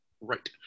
Right